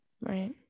Right